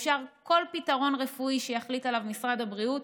אפשר כל פתרון רפואי שיחליט עליו משרד הבריאות,